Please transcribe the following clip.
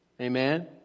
amen